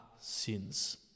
sins